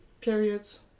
periods